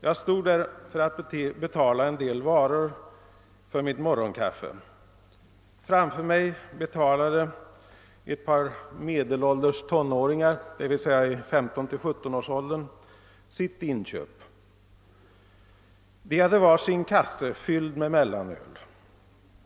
Jag stod där för att betala en del varor för mitt morgonkaffe. Framför mig betalade ett par »medelålders tonåringar», d.v.s. i 15—17-årsåldern, sitt inköp. De hade var sin kasse, fylld av mellanöl.